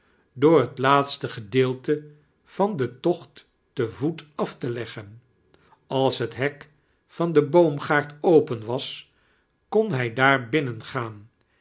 door het laatste gedeelte van den tocht te voet af te leggen als het hek van den bo omgaard open was kon hij daa-r bmnengaam